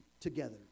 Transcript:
together